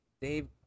dave